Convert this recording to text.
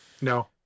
No